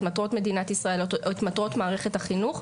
את מטרות מדינת ישראל או את מטרות מערכת החינוך,